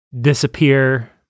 disappear